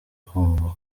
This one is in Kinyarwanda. kumva